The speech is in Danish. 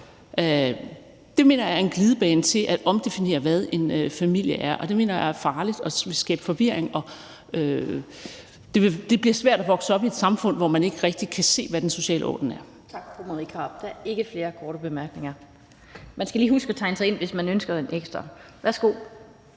Det mener jeg er en glidebane til at omdefinere, hvad en familie er, og det mener jeg er farligt og vil skabe forvirring. Det bliver svært at vokse op i et samfund, hvor man ikke rigtig kan se, hvad den sociale orden er.